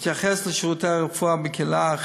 בהתייחס לשירותי הרפואה בקהילה,